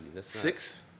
Six